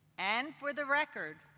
and for the record,